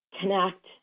connect